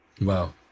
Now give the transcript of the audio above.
Wow